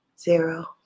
Zero